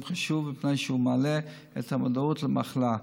חשוב מפני שהוא מעלה את המודעות למחלה,